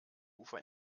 ufer